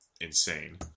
insane